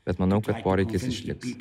bet manau kad poreikis išliks